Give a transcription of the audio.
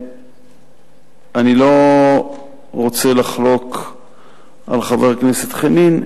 אני לא רוצה לחלוק על חבר הכנסת חנין,